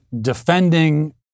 defending